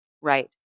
Right